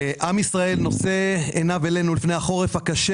עם ישראל נושא עיניו אלינו לפני החורף הקשה